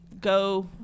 go